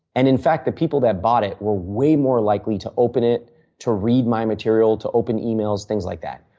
and in fact, the people that bought it were way more likely to open it to read my material, to open emails, things like that.